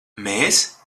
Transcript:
mēs